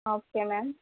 okay ma'am